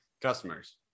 Customers